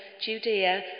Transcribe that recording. Judea